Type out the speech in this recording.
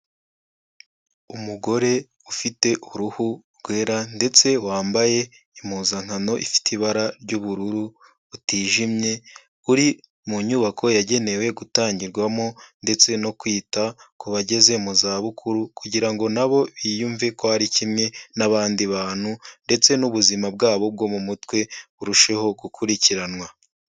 Umugore ufite uruhu rwera ndetse wambaye impuzankano ifite ibara ry'ubururu butijimye uri mu nyubako yagenewe gutangirwamo ndetse no kwita ku bageze mu za bukuru kugira ngo na bo biyumve ko ari kimwe n'abandi bantu ndetse n'ubuzima bwabo bwo mu mutwe burusheho gukurikiranwa.